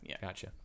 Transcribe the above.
Gotcha